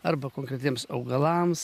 arba konkretiems augalams